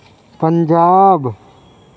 Punjab